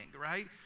right